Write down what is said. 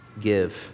give